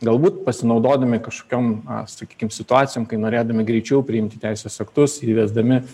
galbūt pasinaudodami kažkokiom sakykim situacijom kai norėdami greičiau priimti teisės aktus įvesdami